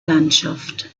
landschaft